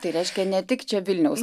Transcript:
tai reiškia ne tik čia vilniaus